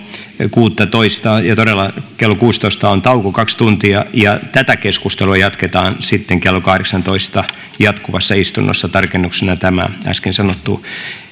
kuuttatoista ja todella kello kuusitoista on tauko kaksi tuntia tätä keskustelua jatketaan sitten kello kahdeksassatoista jatkuvassa istunnossa tarkennuksena tämä äsken sanottuun